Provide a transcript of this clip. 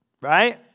Right